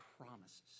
promises